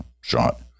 shot